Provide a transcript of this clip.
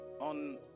on